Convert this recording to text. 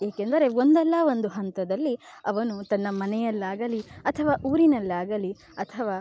ಏಕೆಂದರೆ ಒಂದಲ್ಲ ಒಂದು ಹಂತದಲ್ಲಿ ಅವನು ತನ್ನ ಮನೆಯಲ್ಲಾಗಲಿ ಅಥವಾ ಊರಿನಲ್ಲಾಗಲಿ ಅಥವಾ